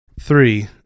three